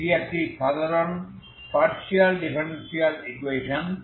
এটি একটি সাধারণ পার্শিয়াল ডিফারেনশিয়াল ইকুয়েশন